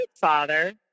father